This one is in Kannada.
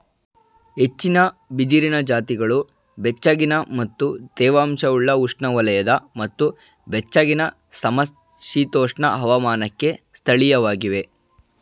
ಹೆಚ್ಚಿನ ಬಿದಿರಿನ ಜಾತಿಗಳು ಬೆಚ್ಚಗಿನ ಮತ್ತು ತೇವಾಂಶವುಳ್ಳ ಉಷ್ಣವಲಯದ ಮತ್ತು ಬೆಚ್ಚಗಿನ ಸಮಶೀತೋಷ್ಣ ಹವಾಮಾನಕ್ಕೆ ಸ್ಥಳೀಯವಾಗಿವೆ